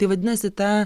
tai vadinasi ta